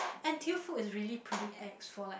N_T_U food is really pretty ex for like